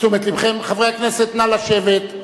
תשומת לבכם, נא לשבת.